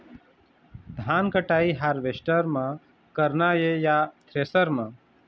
धान कटाई हारवेस्टर म करना ये या थ्रेसर म?